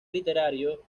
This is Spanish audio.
literario